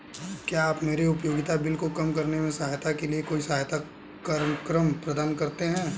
क्या आप मेरे उपयोगिता बिल को कम करने में सहायता के लिए कोई सहायता कार्यक्रम प्रदान करते हैं?